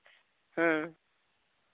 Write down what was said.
ᱦᱩᱸ